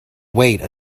wait